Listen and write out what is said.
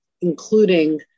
including